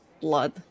blood